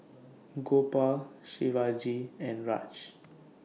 Gopal Shivaji and Raj